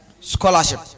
Scholarship